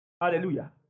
Hallelujah